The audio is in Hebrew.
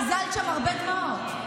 הזלת שם הרבה דמעות.